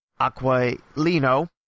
Aquilino